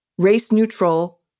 race-neutral